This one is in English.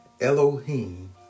Elohim